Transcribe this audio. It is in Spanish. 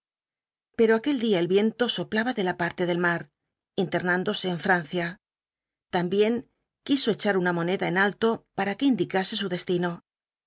pero aquel día el viento soplaba de la parte del mar internándose en francia también quiso echar una moneda en alto para que indicase su destino